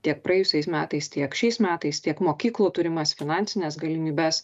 tiek praėjusiais metais tiek šiais metais tiek mokyklų turimas finansines galimybes